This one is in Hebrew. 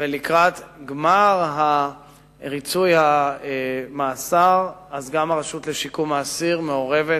ולקראת גמר ריצוי המאסר גם הרשות לשיקום האסיר מעורבת